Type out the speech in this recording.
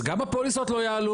אז גם הפוליסות לא יעלו.